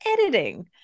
editing